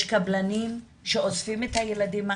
יש קבלנים שאוספים את הילדים האלה,